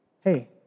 Hey